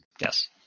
Yes